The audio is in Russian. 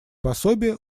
пособия